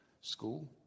school